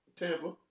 Tampa